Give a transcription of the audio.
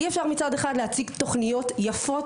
אי-אפשר מצד אחד להציג תוכניות יפות